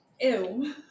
Ew